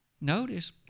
Notice